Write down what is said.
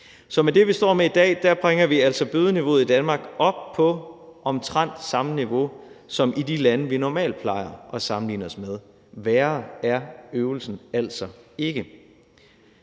Så med det, vi står med i dag, bringer vi altså bødeniveauet i Danmark op på omtrent samme niveau, som det er i de lande, vi normalt plejer at sammenligne os med. Værre er øvelsen altså ikke.